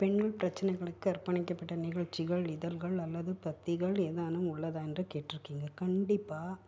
பெண்கள் பிரச்சினைகளுக்கு அர்ப்பணிக்கப்பட்ட நிகழ்ச்சிகள் இதழ்கள் அல்லது பத்திகள் ஏதேனும் உள்ளதாக என்று கேட்டுருக்கீங்க கண்டிப்பாக